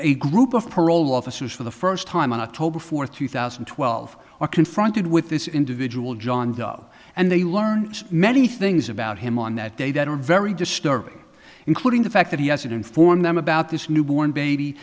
a group of parole officers for the first time on october fourth two thousand and twelve are confronted with this individual john doe and they learn many things about him on that day that are very disturbing including the fact that he hasn't inform them about this newborn baby